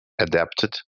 adapted